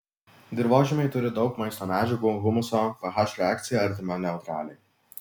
dirvožemiai turi daug maisto medžiagų humuso ph reakcija artima neutraliai